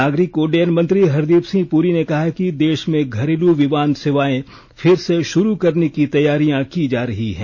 नागरिक उड्डयन मंत्री हरदीप सिंह पुरी ने कहा है कि देश में घरेलू विमान सेवाएं फिर से शुरू करने की तैयारियां की जा रही है